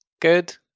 good